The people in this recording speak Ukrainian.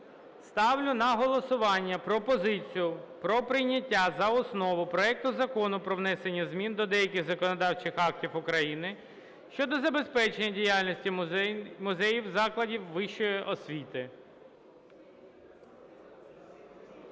Ставлю на голосування пропозицію про прийняття за основу проекту Закону про внесення змін до деяких законодавчих актів України щодо забезпечення діяльності музеїв закладів вищої освіти.